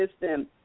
system